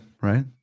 right